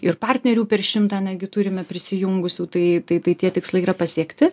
ir partnerių per šimtą netgi turime prisijungusių tai tai tai tie tikslai yra pasiekti